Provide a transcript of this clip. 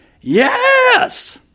Yes